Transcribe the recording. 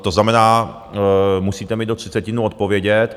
To znamená, musíte mi do 30 dnů odpovědět.